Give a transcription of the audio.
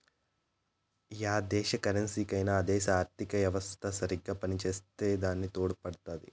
yeah దేశ కరెన్సీకైనా ఆ దేశ ఆర్థిత యెవస్త సరిగ్గా పనిచేసే దాని తోడుపడుతాది